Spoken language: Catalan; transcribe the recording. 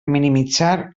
minimitzar